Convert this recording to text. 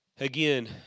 again